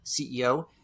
CEO